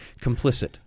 complicit